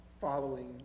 following